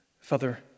Father